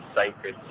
sacred